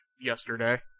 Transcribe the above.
yesterday